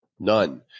None